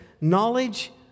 knowledge